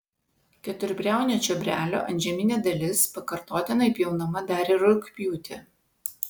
keturbriaunio čiobrelio antžeminė dalis pakartotinai pjaunama dar ir rugpjūtį